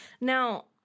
Now